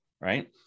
right